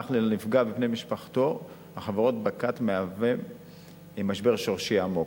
אך לנפגע ובני משפחתו החברות בכת מהווה משבר שורשי עמוק.